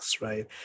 right